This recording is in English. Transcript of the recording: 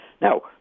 Now